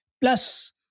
Plus